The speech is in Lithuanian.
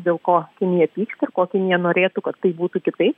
dėl ko kinija pyksta ir ko kinija norėtų kad tai būtų kitaip